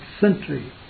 century